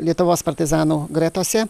lietuvos partizanų gretose